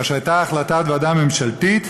כאשר הייתה החלטת ועדה ממשלתית